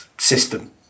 system